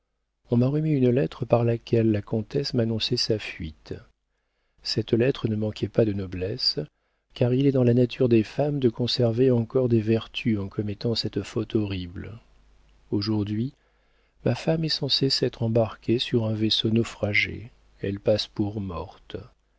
on m'a remis une lettre par laquelle la comtesse m'annonçait sa fuite cette lettre ne manquait pas de noblesse car il est dans la nature des femmes de conserver encore des vertus en commettant cette faute horrible aujourd'hui ma femme est censée s'être embarquée sur un vaisseau naufragé elle passe pour morte